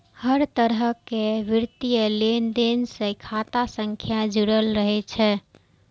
हर तरहक वित्तीय लेनदेन सं खाता संख्या जुड़ल रहै छै